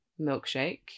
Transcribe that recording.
milkshake